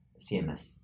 CMS